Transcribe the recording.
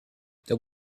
there